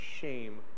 shame